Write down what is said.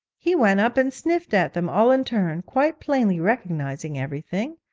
he went up and sniffed at them all in turn, quite plainly recognising everything.